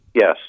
Yes